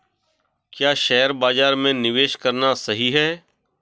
क्या शेयर बाज़ार में निवेश करना सही है?